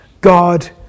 God